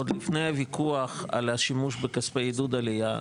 עוד לפני הוויכוח על השימוש בכספי עידוד עלייה,